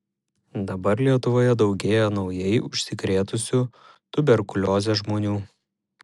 dabar lietuvoje daugėja naujai užsikrėtusių tuberkulioze žmonių